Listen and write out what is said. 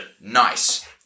Nice